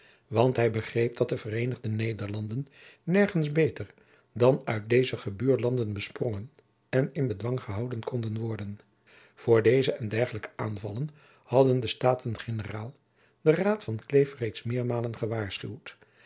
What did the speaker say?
want hij begreep dat de vereenigde nederlanden nergens beter dan uit deze gebuurlanden besprongen en in bedwang gehouden konden worden voor deze en dergelijke aanvallen hadden de staten generaal den raad van kleef reeds meermalen gewaarschuwd